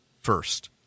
first